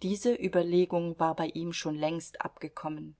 diese überlegung war bei ihm schon längst abgekommen